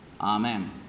amen